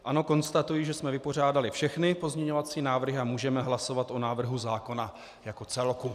Ano, konstatuji, že jsme vypořádali všechny pozměňovací návrhy a můžeme hlasovat o návrhu zákona jako celku.